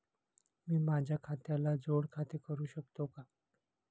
मी माझ्या खात्याला जोड खाते करू शकतो का?